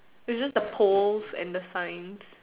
its just a poles and the sign